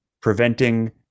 preventing